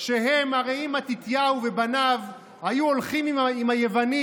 הרי אם מתתיהו ובניו היו הולכים עם היוונים,